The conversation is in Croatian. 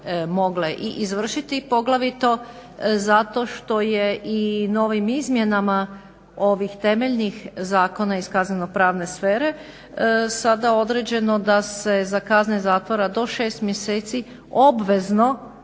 izvršiti poglavito zato što je i novim izmjenama ovih temeljnih zakona iz kazneno-pravne sfere sada određeno da se za kazne zatvora do 6 mjeseci obvezno,